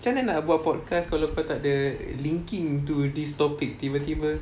macam mana nak buat podcast kalau kau tak ada linking to this topic tiba-tiba